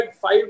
five